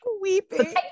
weeping